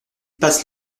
passent